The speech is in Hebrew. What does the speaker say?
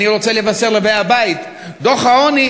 אני רוצה לבשר לבאי הבית: דוח הוועדה